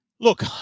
Look